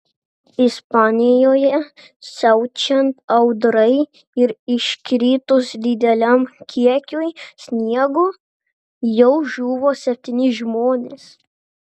ispanijoje siaučiant audrai ir iškritus dideliam kiekiui sniego jau žuvo septyni žmonės